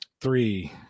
Three